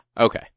Okay